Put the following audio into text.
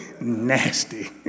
Nasty